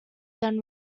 than